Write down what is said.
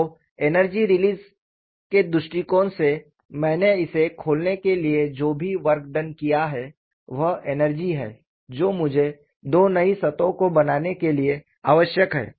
तो energy release के दृष्टिकोण से मैंने इसे खोलने के लिए जो भी वर्क डन किया है वह एनर्जी है जो मुझे दो नई सतहों को बनाने के लिए आवश्यक है